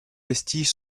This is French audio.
vestiges